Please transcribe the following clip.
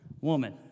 Woman